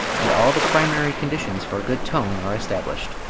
and all the primary conditions for good tone are established.